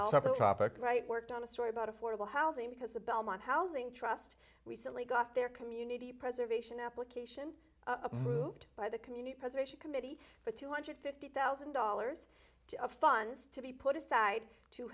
also topic right worked on a story about affordable housing because the belmont housing trust recently got their community preservation application approved by the community preservation committee for two hundred fifty thousand dollars to funds to be put aside to